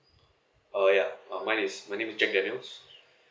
uh ya my name is my name is jack daniels